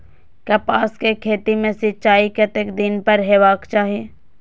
कपास के खेती में सिंचाई कतेक दिन पर हेबाक चाही?